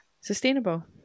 sustainable